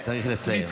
צריך לסיים.